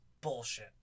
bullshit